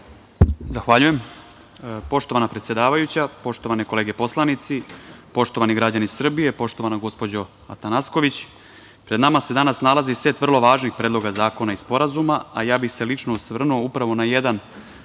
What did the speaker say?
Zahvaljujem. Poštovana predsedavajuća, poštovane kolege poslanici, poštovani građani Srbije, poštovana gospođo Atanasković, pred nama se danas nalazi set vrlo važnih predloga zakona i sporazuma, a ja bih se lično osvrnuo upravo na jedan,